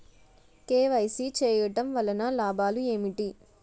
KYC చేయటం వలన లాభాలు ఏమిటి?